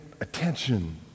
attention